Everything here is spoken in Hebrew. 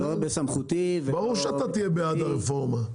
זה לא בסמכותי --- ברור שאתה תהיה בעד הרפורמה.